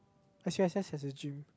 S_U_S_S has a gym